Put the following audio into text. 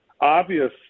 obvious